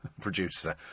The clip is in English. Producer